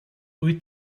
wyt